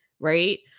Right